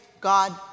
God